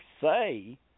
say